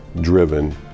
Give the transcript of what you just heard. driven